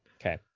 Okay